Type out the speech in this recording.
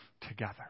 together